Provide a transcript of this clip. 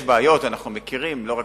יש בעיות, אנחנו מכירים, לא רק